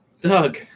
Doug